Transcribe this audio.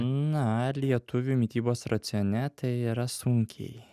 na lietuvių mitybos racione tai yra sunkiai